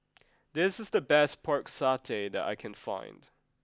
this is the best Pork Satay that I can find